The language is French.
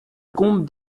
combe